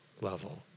level